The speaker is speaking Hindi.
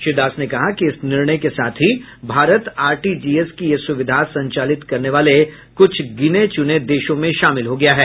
श्री दास ने कहा कि इस निर्णय के साथ ही भारत आरटीजीएस की यह सुविधा संचालित करने वाले कुछ गिने चुने देशों में शामिल हो गया है